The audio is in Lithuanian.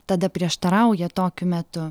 tada prieštarauja tokiu metu